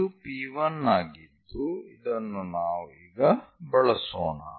ಇದು P1 ಆಗಿದ್ದು ಇದನ್ನು ನಾವು ಈಗ ಬಳಸೋಣ